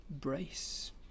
brace